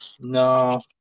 no